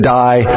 die